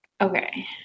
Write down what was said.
Okay